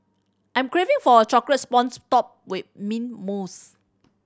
I'm craving for a chocolate sponge topped with mint mousse